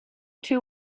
two